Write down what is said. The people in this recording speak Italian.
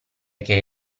che